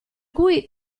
cui